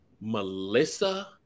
Melissa